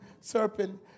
serpent